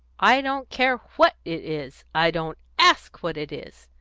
i don't care what it is, i don't ask what it is,